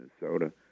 Minnesota